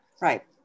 right